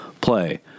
play